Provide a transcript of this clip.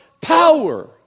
power